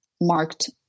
marked